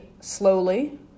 slowly